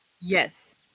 yes